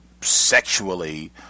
sexually